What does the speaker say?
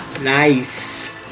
Nice